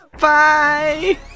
Bye